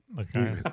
Okay